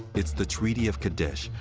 it's the treaty of kadesh,